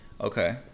Okay